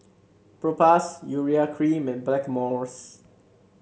Propass Urea Cream and Blackmores